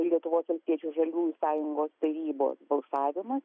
lietuvos valstiečių ir žaliųjų sąjungos tarybos balsavimas